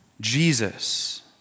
Jesus